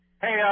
Hey